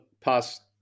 past